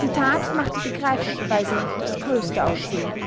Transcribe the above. die tat machte begreiflicherweise das größte aufsehen